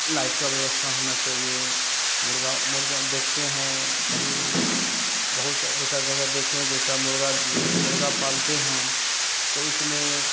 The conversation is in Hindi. लाइट की व्यवस्था होनी चाहिए मुर्ग़े मुर्ग़ियों देखते हैं कहीं बहुत सी ऐसी जगह देखे हैं जैसे मुर्ग़ा जैसे मुर्ग़ा पालते हैं तो उसमें